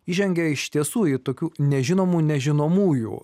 įžengę iš tiesų į tokių nežinomų nežinomųjų